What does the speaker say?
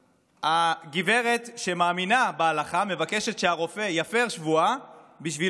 הגברת שמאמינה בהלכה מבקשת שהרופא יפר שבועה בשביל